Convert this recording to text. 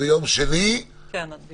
ביום שני זה עבר בקריאה ראשונה.